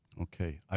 Okay